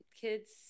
kids